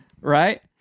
Right